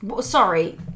Sorry